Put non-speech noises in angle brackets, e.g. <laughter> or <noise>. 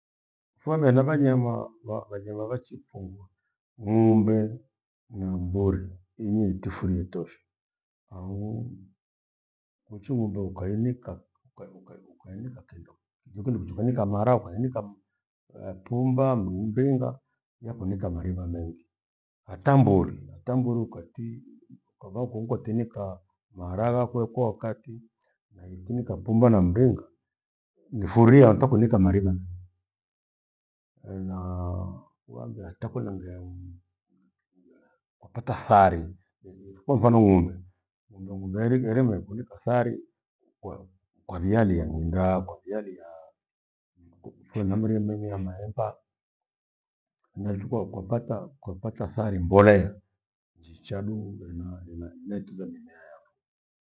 Kwantha ghabha nyema, va- vanyama vachiphungwa. Ng'ombe, mburi inyi ntifurie toshe angu kwichi ngo'mbe ukainika- uka- uka- ukainika kindo kijo kunikwichanika mara ukainika <hesitation> pumba, mringa yakumika maripha mengi. Hata mburi, hata mburu ukati uakava kumko tinika, mara ghakwe kwa ukati na ikinika pumba na mringa nifurie atakunika maripha mengi. Naa wambe hata kwenda ngeai, hata thari kwa mfano ng'ombe, ng'ombe yang'undu yairi- yairima ikunika thari kwaviali nyinda, kwavialia tengire minyema maemba nekipoa kwapata kwapata thari mbolea njicha duu hena hena netunza mimea yapho.